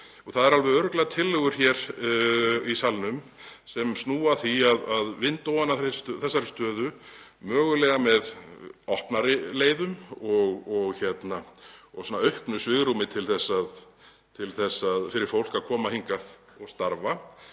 Það eru alveg örugglega tillögur hér í salnum sem snúa að því að vinda ofan af þessari stöðu, mögulega með opnari leiðum og auknu svigrúmi fyrir fólk að koma hingað og starfa.